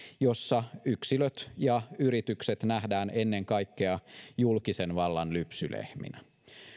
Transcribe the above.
jossa yksilöt ja yritykset nähdään ennen kaikkea julkisen vallan lypsylehminä